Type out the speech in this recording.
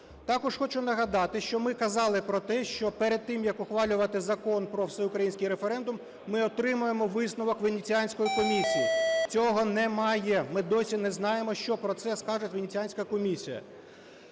Також хочу нагадати, що ми казали про те, що перед тим як ухвалювати Закон про всеукраїнський референдум ми отримаємо висновок Венеціанської комісії. Цього немає. Ми досі не знаємо, що про це скаже Венеціанська комісія.